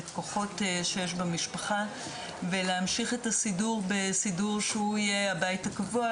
את הכוחות שיש במשפחה ולהמשיך את הסידור בסידור שהוא יהיה הבית הקבוע,